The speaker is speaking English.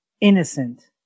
innocent